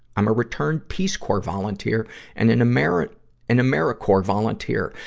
i'm a return peace corps volunteer and an americorps an americorps volunteer.